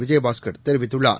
விஜயபாஸ்கர் தெரிவித்துள்ளார்